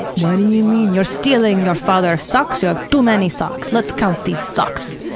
what do you mean? you're stealing your father's socks. you have too many socks. let's count these socks.